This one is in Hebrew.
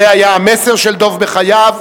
זה היה המסר של דב בחייו,